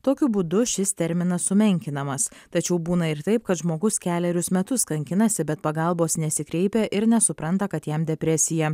tokiu būdu šis terminas sumenkinamas tačiau būna ir taip kad žmogus kelerius metus kankinasi bet pagalbos nesikreipia ir nesupranta kad jam depresija